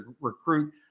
recruit